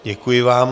Děkuji vám.